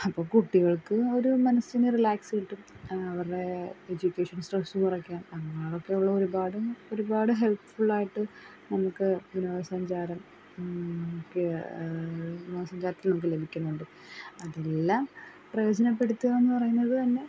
അപ്പം കുട്ടികൾക്ക് ഒരു മനസിന് റിലാക്സ്സ് കിട്ടും അവരുടെ എഡ്യൂക്കേഷൻ സ്ട്രെസ്സ് കുറയ്ക്കാം അങ്ങനൊക്കെയുള്ളൊരു ഒരുപാടും ഒരുപാട് ഹെൽപ്ഫുള്ളായിട്ട് നമുക്ക് വിനോദ സഞ്ചാരം എനിക്ക് വിനോദ സഞ്ചാരത്തിൽ നമുക്ക് ലഭിക്കുന്നുണ്ട് അതെല്ലാം പ്രയോജനപ്പെടുത്തുകാന്ന് പറയുന്നത് തന്നെ